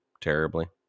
terribly